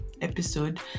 episode